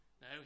No